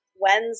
Wednesday